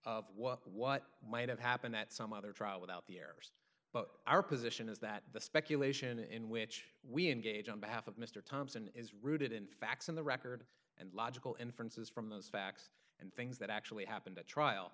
of what might have happened that some other trial without the errors but our position is that the speculation in which we engage on behalf of mr thompson is rooted in facts on the record and logical inferences from those facts and things that actually happened at trial